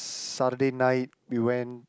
Saturday night we went